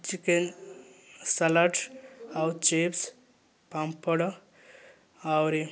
chicken salad ଆଉ chips papad ଆହୁରି